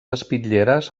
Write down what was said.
espitlleres